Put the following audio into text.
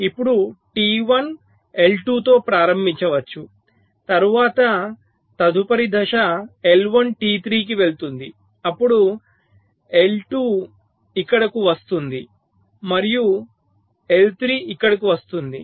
ఇప్పుడు T1 I2 తో ప్రారంభించవచ్చు తరువాత తదుపరి దశ I1 T3 కి వెళుతుంది అప్పుడు I2 ఇక్కడకు వస్తుంది మరియు I3 ఇక్కడకు వస్తుంది